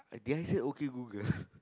did I said o_k Google